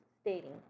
stating